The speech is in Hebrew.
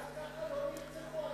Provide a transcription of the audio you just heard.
סתם ככה?